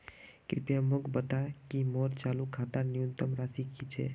कृपया मोक बता कि मोर चालू खातार न्यूनतम राशि की छे